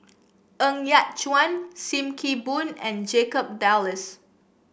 Ng Yat Chuan Sim Kee Boon and Jacob Ballas